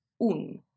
un